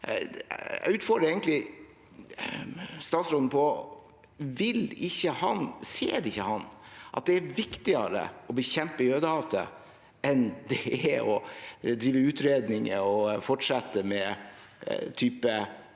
Jeg utfordrer egentlig statsråden: Ser han ikke at det er viktigere å bekjempe jødehatet enn å drive utredninger og fortsette med den